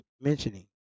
mentioning